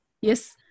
yes